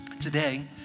Today